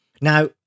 Now